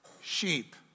sheep